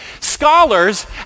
Scholars